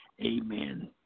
Amen